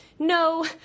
No